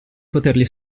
poterli